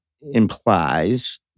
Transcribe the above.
implies